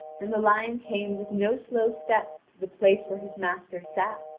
and the lion came with no slow step to the place where his master sat,